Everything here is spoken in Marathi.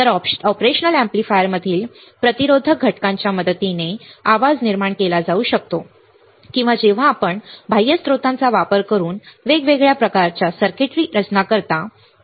तर ऑपरेशनल अॅम्प्लीफायरमधील प्रतिरोधक घटकांच्या मदतीने आवाज निर्माण केला जाऊ शकतो किंवा जेव्हा आपण बाह्य स्त्रोतांचा वापर करून वेगवेगळ्या प्रकारच्या सर्किटची रचना करतात